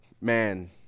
man